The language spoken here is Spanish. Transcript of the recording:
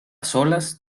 solas